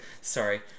sorry